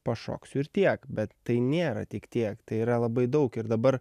pašoksiu ir tiek bet tai nėra tik tiek tai yra labai daug ir dabar